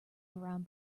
around